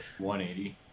180